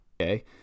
okay